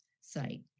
site